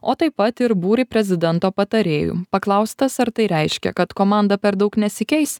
o taip pat ir būrį prezidento patarėjų paklaustas ar tai reiškia kad komanda per daug nesikeis